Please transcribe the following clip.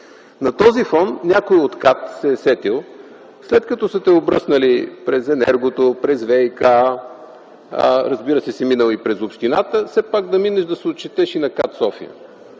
На този фон някой от КАТ се е сетил, след като са те „бръснали” през Енергото, през ВиК, разбира се, си минал и през общината, все пак да минеш да се отчетеш и на КАТ-София.